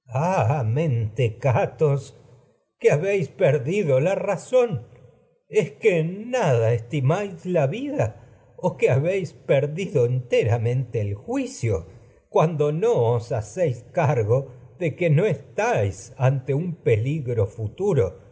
mentecatos que habéis perdido la ra zón dido es que en nada estimáis la vida o que habéis per enteramente el juicio cuando un no os hacéis cargo de que no estáis ante partes en peligro futuro